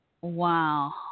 Wow